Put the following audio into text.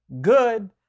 good